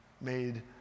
made